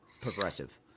progressive